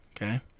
Okay